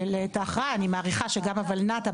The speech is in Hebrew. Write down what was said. אני מעריכה שגם הולנת"ע,